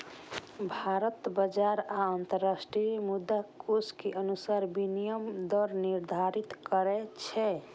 भारत बाजार आ अंतरराष्ट्रीय मुद्राकोष के अनुसार विनिमय दर निर्धारित करै छै